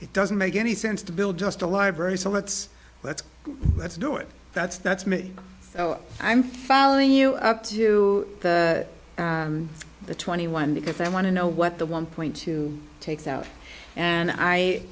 it doesn't make any sense to build just a library so let's let's let's do it that's that's me i'm following you up to the twenty one because i want to know what the one point two takes out and i